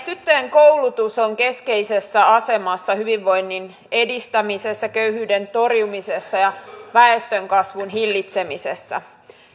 tyttöjen koulutus on keskeisessä asemassa hyvinvoinnin edistämisessä köyhyyden torjumisessa ja väestönkasvun hillitsemisessä